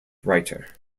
writer